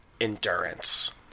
endurance